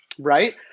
right